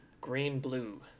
green-blue